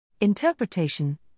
Interpretation